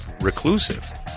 reclusive